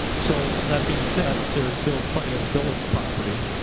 so that being said, there are still plenty of village property